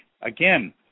Again